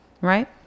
right